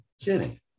kidding